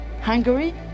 Hungary